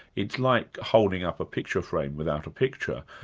it's like holding up a picture frame without a picture,